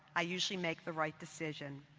i usually make the right decision.